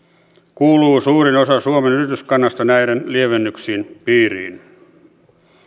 kuuluu suurin osa suomen yrityskannasta näiden lievennyksien piiriin